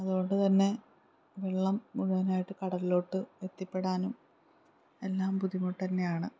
അതുകൊണ്ടുതന്നെ വെള്ളം മുഴുവനായിട്ട് കടലിലോട്ട് എത്തിപ്പെടാനും എല്ലാം ബുദ്ധിമുട്ടുതന്നെയാണ്